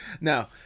Now